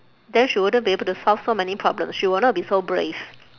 then she wouldn't be able to solve so many problems she would not be so brave